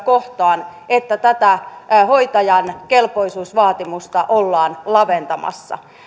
kohtaan että tätä hoitajan kelpoisuusvaatimusta ollaan laventamassa